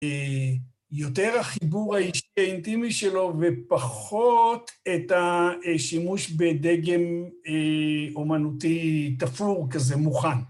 יותר החיבור האינטימי שלו ופחות את השימוש בדגם אומנותי תפור כזה מוכן.